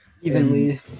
Evenly